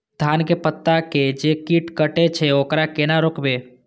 धान के पत्ता के जे कीट कटे छे वकरा केना रोकबे?